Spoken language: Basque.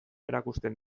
erakusten